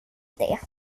det